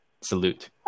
Salute